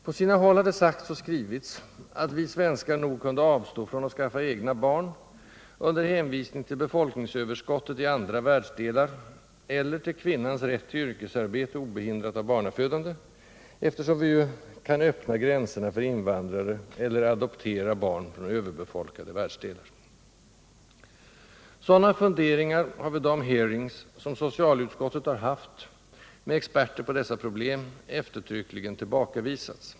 På sina håll har det sagts och skrivits att vi svenskar nog kunde avstå från att skaffa egna barn — under hänvisning till befolkningsöverskottet i andra världsdelar eller till kvinnans rätt till yrkesarbete obehindrat av barnafödande —, eftersom vi ju kan öppna gränserna för invandrare eller adoptera barn från överbefolkade världsdelar. Sådana funderingar har vid de hearings som socialutskottet har haft med experter på dessa problem eftertryckligen tillbakavisats.